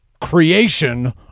creation